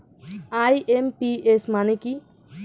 IMPS মানে কি?